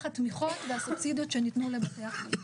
התמיכות והסובסידיות שניתנו לבתי החולים.